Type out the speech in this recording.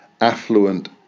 affluent